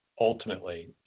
Ultimately